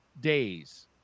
days